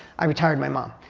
i retired my mom.